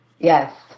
Yes